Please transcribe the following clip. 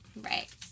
Right